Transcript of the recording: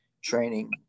training